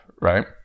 right